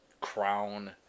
crown